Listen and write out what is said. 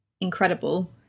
incredible